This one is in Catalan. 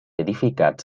edificats